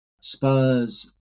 Spurs